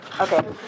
Okay